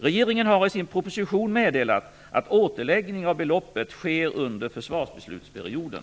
Regeringen har i sin proposition meddelat att återläggning av beloppet sker under försvarsbeslutsperioden.